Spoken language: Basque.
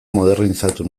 modernizatu